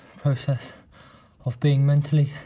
process of being mentally.